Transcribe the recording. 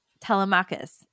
Telemachus